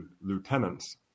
lieutenants